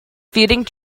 feeding